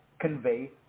convey